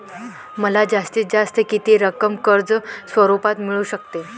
मला जास्तीत जास्त किती रक्कम कर्ज स्वरूपात मिळू शकते?